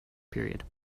period